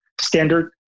standard